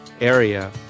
area